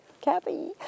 Cappy